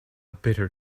bitter